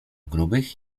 grubych